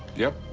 yep,